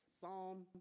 Psalm